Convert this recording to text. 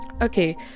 okay